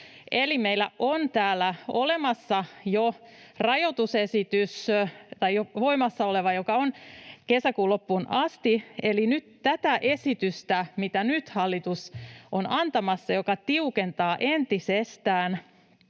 meillä on täällä jo voimassa oleva rajoitusesitys, joka on voimassa kesäkuun loppuun asti. Nyt tämä esitys, mitä nyt hallitus on antamassa ja joka tiukentaa entisestään